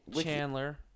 Chandler